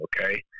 okay